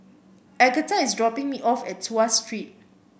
Agatha is dropping me off at Tuas Street